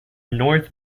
north